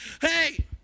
Hey